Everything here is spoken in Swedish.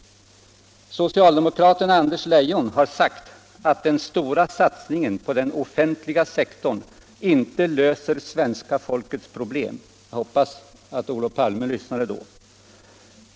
Socialdemokraten Anders Leijon har sagt ”att den stora satsningen på den offentliga sektorn inte löser svenska folkets problem”. Jag hoppas Olof Palme lyssnade då.